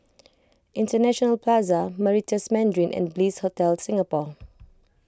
International Plaza Meritus Mandarin and Bliss Hotel Singapore